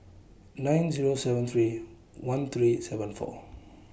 nine Zero seven three one three seven four